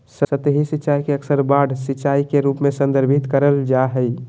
सतही सिंचाई के अक्सर बाढ़ सिंचाई के रूप में संदर्भित कइल जा हइ